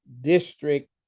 district